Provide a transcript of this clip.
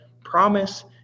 promise